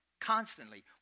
constantly